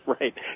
right